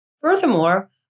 Furthermore